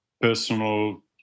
personal